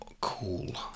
cool